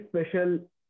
special